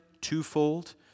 twofold